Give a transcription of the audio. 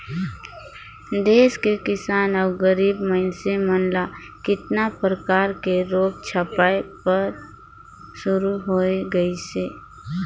देस के किसान अउ गरीब मइनसे मन ल केतना परकर के रोग झपाए बर शुरू होय गइसे